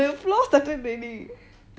the floor started raining